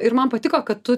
ir man patiko kad tu